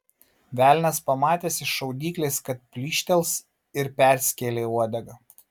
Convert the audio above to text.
velnias pamatęs iš šaudyklės kad pykštels ir perskėlė uodegą